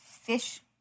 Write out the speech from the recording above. fish